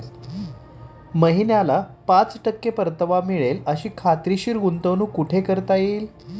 महिन्याला पाच टक्के परतावा मिळेल अशी खात्रीशीर गुंतवणूक कुठे करता येईल?